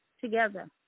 together